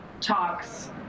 talks